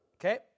Okay